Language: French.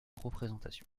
représentation